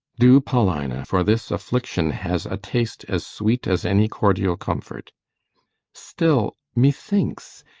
do, paulina for this affliction has a taste as sweet as any cordial comfort still, methinks,